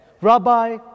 Rabbi